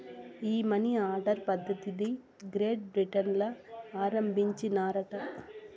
ఈ money order పద్ధతిది Great Britain ల ఆరంబించినారట